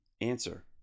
Answer